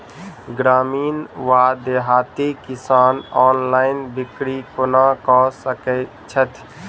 ग्रामीण वा देहाती किसान ऑनलाइन बिक्री कोना कऽ सकै छैथि?